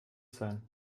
sein